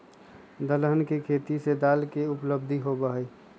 दलहन के खेती से दाल के उपलब्धि होबा हई